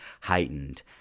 heightened